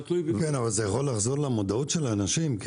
צריך להביא למודעות האנשים.